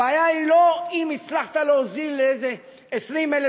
הבעיה היא לא אם הצלחת להוריד לאיזה 20,000